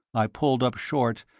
i pulled up short,